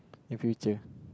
in future